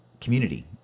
community